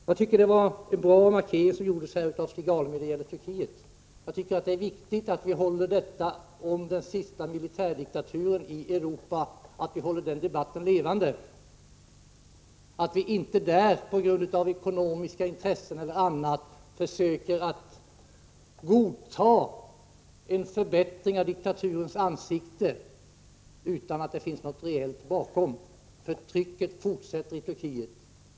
Jag tycker att det var en bra markering som gjordes av Stig Alemyr när det gäller Turkiet. Det är viktigt att vi håller debatten om den sista militärdiktaturen i Europa levande, att vi inte på grund av ekonomiska intressen eller av andra skäl godtar en förbättring av diktaturens ansikte utan att det finns något reellt bakom. Förtrycket fortsätter i Turkiet.